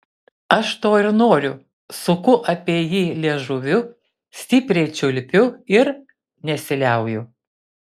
aš to ir noriu suku apie jį liežuviu stipriai čiulpiu ir nesiliauju